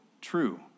true